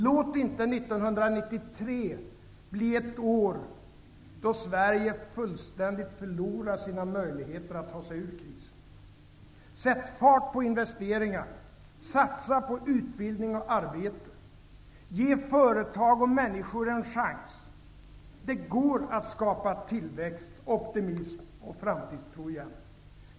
Låt inte 1993 bli ett år då Sverige fullständigt förlorar sina möjligheter att ta sig ur krisen! Sätt fart på investeringar! Satsa på utbildning och arbete! Ge företag och människor en chans! Det går att skapa tillväxt, optimism och framtidstro igen.